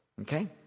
Okay